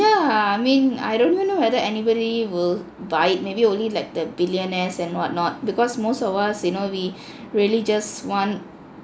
I mean I don't even know whether anybody will buy it maybe only like the billionaires and what not because most of us you know we really just want